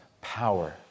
power